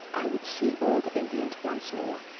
i would see old england once more,